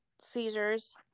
seizures